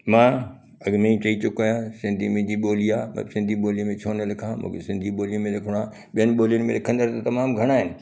मां अॻ में ई चई चुको आहियां सिंधी मुंहिंजी ॿोली आहे त सिंधी ॿोलीअ में छो न लिखा मूंखे सिंधी ॿोलीअ में लिखणो आ ॿियनि ॿोलियुनि में लिखंदड़ु त तमामु घणा आहिनि